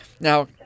now